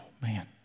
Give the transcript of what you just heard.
man